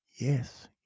yes